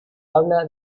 habla